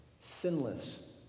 sinless